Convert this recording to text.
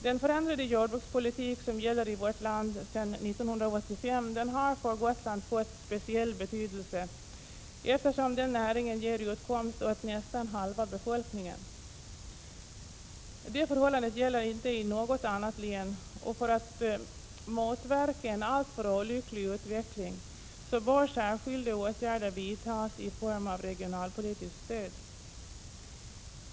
Den förändrade jordbrukspolitik som gäller i vårt land sedan 1985 har för Gotland fått speciell betydelse, eftersom denna näring ger utkomst åt nästan halva befolkningen. Samma förhållande gäller icke i något annat län. För att motverka en alltför olycklig utveckling bör särskilda åtgärder vidtas i form av regionalpolitiskt stöd.